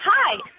Hi